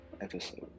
episode